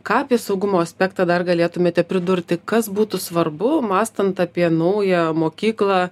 ką apie saugumo aspektą dar galėtumėte pridurti kas būtų svarbu mąstant apie naują mokyklą